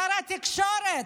שר התקשורת,